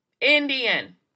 Indian